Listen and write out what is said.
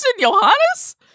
Johannes